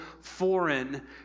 foreign